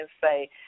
say